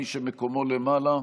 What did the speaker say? מי שמקומו למעלה,